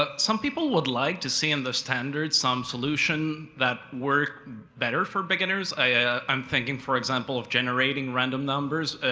ah some people would like to see in the standards some solution that works better for beginners, i'm thinking for example of generating random numbers.